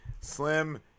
Slim